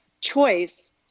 choice